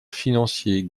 financier